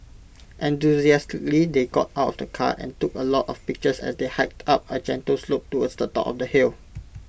enthusiastically they got out of the car and took A lot of pictures as they hiked up A gentle slope towards the top of the hill